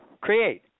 create